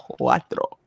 cuatro